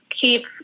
keep